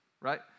Right